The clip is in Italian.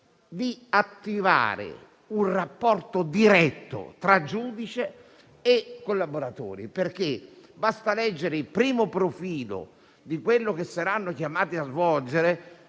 attivare un rapporto diretto tra giudice e collaboratori. Basta leggere il primo profilo di quello che saranno chiamati a svolgere: